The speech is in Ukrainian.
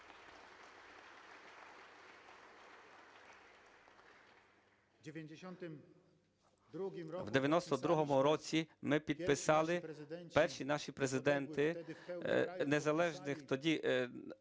У 1992 році ми підписали, перші наші президенти незалежних тоді